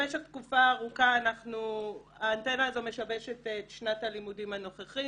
במשך תקופה ארוכה האנטנה הזו משבשת את שנת הלימודים הנוכחית.